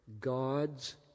God's